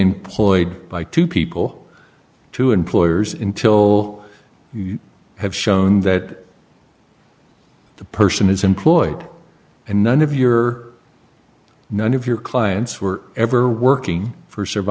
employed by two people two employers intil you have shown that the person is employed and none of your none of your clients were ever working for serve